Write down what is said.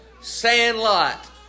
Sandlot